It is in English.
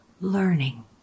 learning